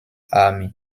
army